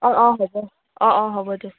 অঁ অঁ হ'ব অঁ অঁ হ'ব দিয়ক